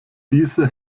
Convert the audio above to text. diese